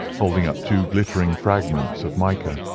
holding up two glittering fragments of mica.